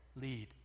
lead